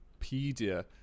Wikipedia